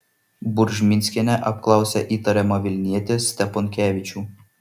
buržminskienė apklausė įtariamą vilnietį steponkevičių